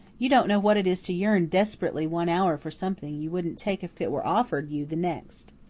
you don't know what it is to yearn desperately one hour for something you wouldn't take if it were offered you the next.